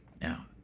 Now